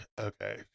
okay